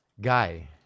guy